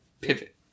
Pivot